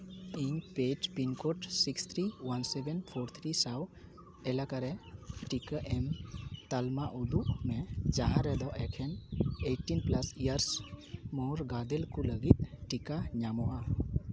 ᱤᱧ ᱯᱮᱰ pin code six three one seven four three ᱥᱟᱶ ᱮᱞᱟᱠᱟ ᱨᱮ ᱴᱤᱠᱟᱹ ᱮᱢ ᱛᱟᱞᱢᱟ ᱩᱫᱩᱜ ᱢᱮ ᱡᱟᱦᱟᱸ ᱨᱮᱫᱚ ᱮᱠᱮᱱ ᱮᱭᱤᱴᱤᱱ ᱯᱞᱟᱥ ᱤᱭᱟᱨᱥ ᱢᱳᱨ ᱜᱟᱫᱮᱞ ᱠᱚ ᱞᱟᱹᱜᱤᱫ ᱴᱤᱠᱟᱹ ᱧᱟᱢᱚᱜᱼᱟ